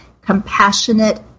compassionate